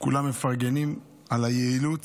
כולם מפרגנים על היעילות.